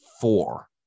Four